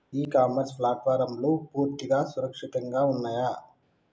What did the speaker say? ఇ commerce ప్లాట్ఫారమ్లు పూర్తిగా సురక్షితంగా ఉన్నయా?